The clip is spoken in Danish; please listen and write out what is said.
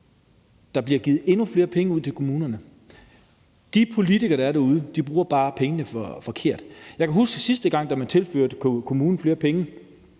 Der bliver givet endnu flere penge ud til kommunerne. De politikere, der er derude, bruger bare pengene på noget forkert. Jeg kan huske sidste gang, man tilførte kommunerne flere penge,